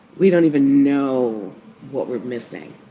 we don't even know what we're missing.